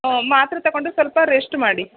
ಹ್ಞೂ ಮಾತ್ರೆ ತಗೊಂಡ್ರೆ ಸ್ವಲ್ಪ ರೆಸ್ಟ್ ಮಾಡಿ